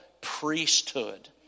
priesthood